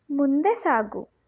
ಮುಂದೆ ಸಾಗು